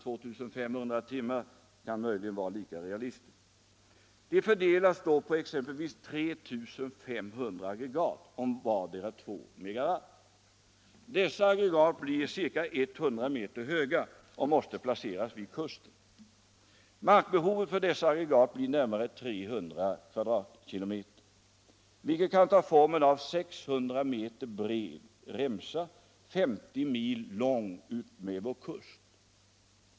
Utnyttjandetiden är då beräknad till ca 3 000 timmar, vilket är mycket. 1 800-2 500 kan möjligen vara lika realistiskt. Dessa aggregat blir ca 100 meter höga och måste placeras vid kusten. Markbehovet för dem blir närmare 300 kvadratkilomter, vilket kan ta formen av en remsa, 600 meter bred och 50 mil lång — allt utmed vår kust.